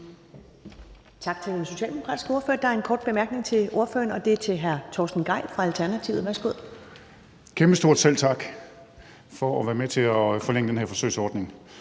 Tak til den socialdemokratiske ordfører. Der er en kort bemærkning til ordføreren fra hr. Torsten Gejl fra Alternativet. Værsgo. Kl. 10:16 Torsten Gejl (ALT): Kæmpestort selv tak for at være med til at forlænge den her forsøgsordning.